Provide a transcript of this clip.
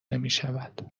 نمیشود